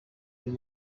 uyu